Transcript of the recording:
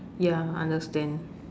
ya understand